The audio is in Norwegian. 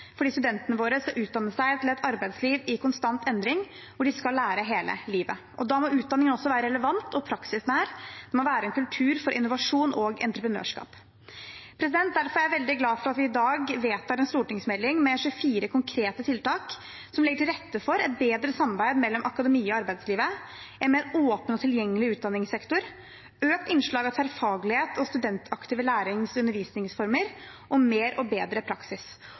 fordi studentene våre skal utdanne seg til et arbeidsliv i konstant endring, og de skal lære hele livet. Da må utdanningen også være relevant og praksisnær, og det må være en kultur for innovasjon og entreprenørskap. Derfor er jeg veldig glad for at vi i dag vedtar en stortingsmelding med 24 konkrete tiltak som legger til rette for et bedre samarbeid mellom akademia og arbeidslivet, en mer åpen og tilgjengelig utdanningssektor, økt innslag av tverrfaglighet og studentaktive lærings- og undervisningsformer og mer og bedre praksis.